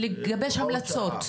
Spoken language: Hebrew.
לגבש המלצות?